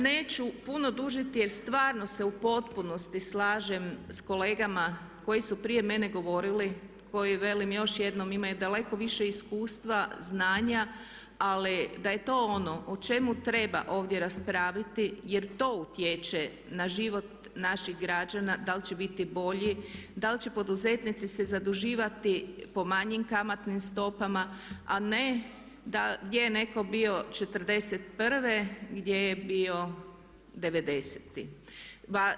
Neću puno dužiti jer stvarno se u potpunosti slažem s kolegama koji su prije mene govorili, koji velim još jednom imaju daleko više iskustva, znanja ali da je to ono o čemu treba ovdje raspraviti jer to utječe na život naših građana da li će biti bolji, da li će poduzetnici se zaduživati po manjim kamatnim stopama, a ne gdje je netko bio '41., gdje je bio '90-ih.